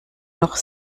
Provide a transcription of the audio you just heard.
noch